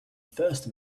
first